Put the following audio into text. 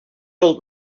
old